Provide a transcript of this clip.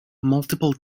multiple